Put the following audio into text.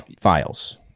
files